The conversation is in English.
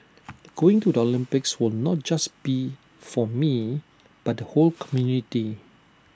going to the Olympics will not just be for me but the whole community